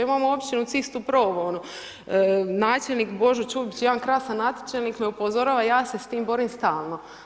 Imamo općinu Cista Provo, načelnik Božo Čubić, jedan krasan načelnik me upozorava ja se s tim borim stalno.